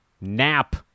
nap